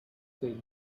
the